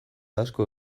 asko